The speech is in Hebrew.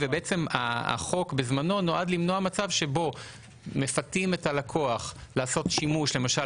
בעצם החוק בזמנו נועד למנוע מצב שבו מפתים את הלקוח לעשות שימוש למשל